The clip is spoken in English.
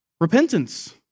Repentance